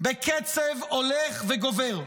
בקצב הולך וגובר.